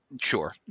Sure